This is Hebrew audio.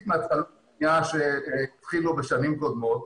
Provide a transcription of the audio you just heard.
מהתחלות הבנייה שהתחילו בשנים קודמות.